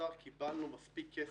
אני מבקשת גם תשובה.